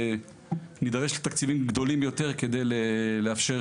נידרש לתקציבים גדולים יותר כדי לאפשר